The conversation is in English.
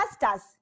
pastors